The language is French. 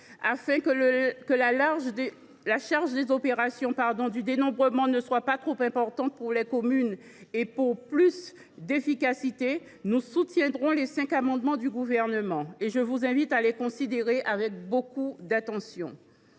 afin que la charge des opérations de dénombrement ne soit pas trop importante pour les communes et que leur efficacité en soit accrue, nous soutiendrons les cinq amendements du Gouvernement. Je vous invite à les considérer avec beaucoup d’attention.